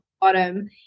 bottom